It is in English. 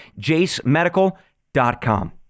jasemedical.com